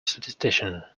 statistician